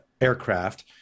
aircraft